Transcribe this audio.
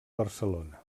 barcelona